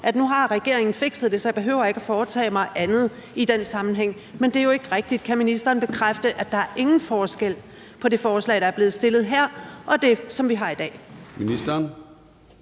at nu har regeringen fikset det, og så behøver de ikke at foretage sig andet i den sammenhæng. Men det er jo ikke rigtigt. Kan ministeren bekræfte, at der ikke er nogen forskel på det forslag, der er fremsat, og det, som vi har i dag?